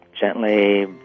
gently